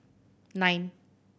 nine